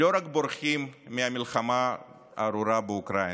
לא רק בורחים מהמלחמה הארורה באוקראינה,